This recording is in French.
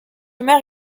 mère